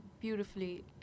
beautifully